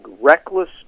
reckless